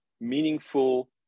meaningful